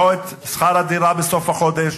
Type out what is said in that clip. לא את שכר הדירה בסוף החודש,